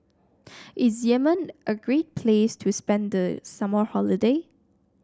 is Yemen a great place to spend the summer holiday